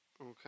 okay